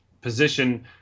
position